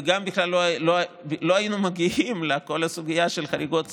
וגם בכלל לא היינו מגיעים לכל הסוגיה של חריגות שכר,